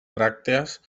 bràctees